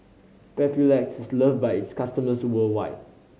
papulex is loved by its customers worldwide